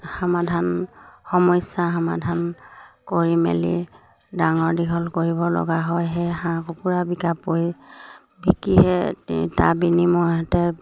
সমাধান সমস্যাৰ সমাধান কৰি মেলি ডাঙৰ দীঘল কৰিব লগা হয় সেই হাঁহ কুকুৰা বিকি বিকিহে তাৰ বিনিময়তে